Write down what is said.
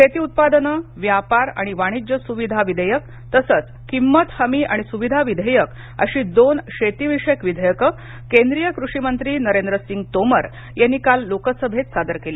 शेती उत्पादनं व्यापार आणि वाणिज्य सुविधा विधेयक तसंच किंमत हमी आणि सुविधा विधेयक अशी दोन शेतीविषयक विधेयकं केंद्रीय कृषी मंत्री नरेंद्र सिंग तोमर यांनी काल लोकसभेत सादर केली